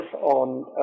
on